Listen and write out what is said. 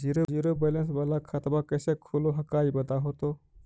Zero balance वाला खतवा कैसे खुलो हकाई बताहो तो?